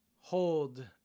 hold